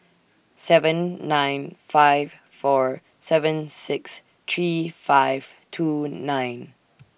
seven nine five four seven six three five two nine